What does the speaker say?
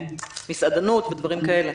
במסעדנות ודברים כאלה.